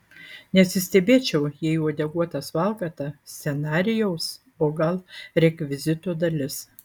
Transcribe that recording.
nesistebėčiau jei uodeguotas valkata scenarijaus o gal rekvizito dalis